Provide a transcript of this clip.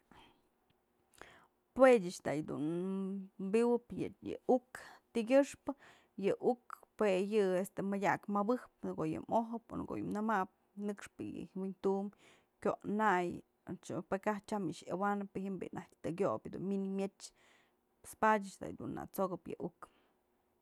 Jue ëch da yëdun biwëp yë uk tykyëxpë, yë uk jue yë mëdyak mëbëp në ko'o yë mojëp o në ko'o yë nëmap nëxpë yë wi'intum kyo'onay o pë kaj tyam yë awanëp pë ji'im bi'i naj tëkyöbë minë myet's, pues padyë ëch nat'sokëp yë uk.